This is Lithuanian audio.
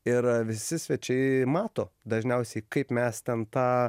ir visi svečiai mato dažniausiai kaip mes ten tą